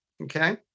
Okay